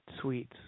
sweets